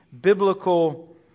biblical